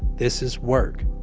this is work.